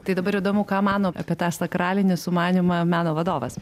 tai dabar įdomu ką mano apie tą sakralinį sumanymą meno vadovas